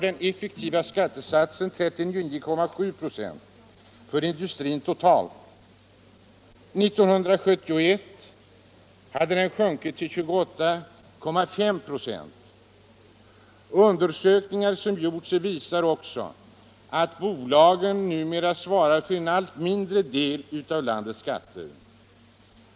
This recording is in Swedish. Den effektiva skattesatser, dvs. skatten Undersökningar som gjorts visar också att bolagen numera svarar för en allt mindre del av landets skatter.